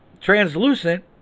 Translucent